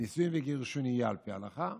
נישואים וגירושים יהיו על פי ההלכה,